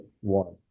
one